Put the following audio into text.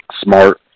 smart